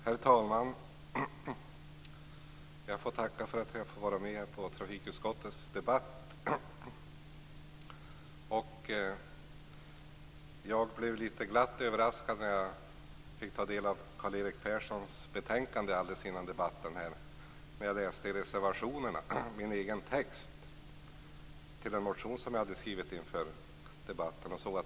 Herr talman! Jag får tacka för att jag får vara med i trafikutskottets debatt. Jag blev glatt överraskad när jag fick ta del av I reservationerna kunde jag läsa min egen text till en motion som jag hade skrivit inför debatten.